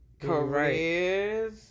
careers